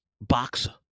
boxer